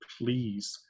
please